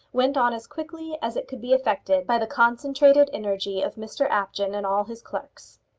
went on as quickly as it could be effected by the concentrated energy of mr apjohn and all his clerks.